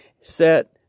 set